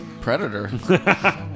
predator